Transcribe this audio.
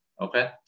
Okay